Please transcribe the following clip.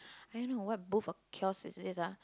I don't know what booth or kiosk is this ah